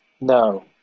No